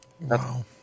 wow